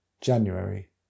January